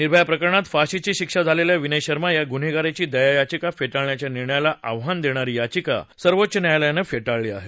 निर्भया प्रकरणात फाशीची शिक्षा झालेल्या विनय शर्मा या गुन्हेगाराची दयायाचिका फेटाळण्याच्या निर्णयाला आव्हान देणारी त्याची याचिका सर्वोच्च न्यायालयानं फेटाळली आहे